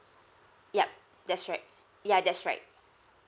ya that's right ya that's right